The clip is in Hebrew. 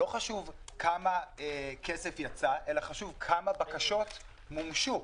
לא חשוב כמה כסף יצא אלא חשוב כמה בקשות מומשו.